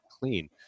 clean